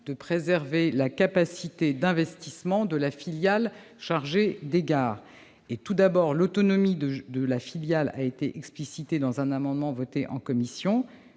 préserver la capacité d'investissement de la filiale chargée des gares. Tout d'abord, l'autonomie de la filiale a été explicitée dans un amendement voté en commission.